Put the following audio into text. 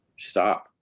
Stop